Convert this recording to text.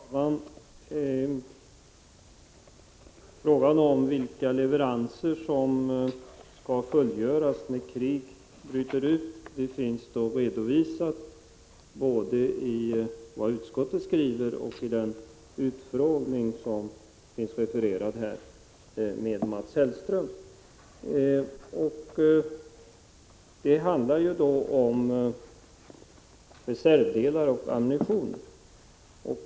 Herr talman! Frågan om vilka leveranser som skall fullgöras när krig bryter ut finns redovisad både i vad utskottet skriver och i den utfrågning med Mats Hellström som refereras i betänkandet. Det handlar om reservdelar och ammunition.